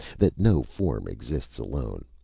that no form exists alone.